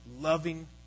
loving